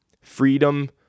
freedom